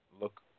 look